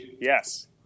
Yes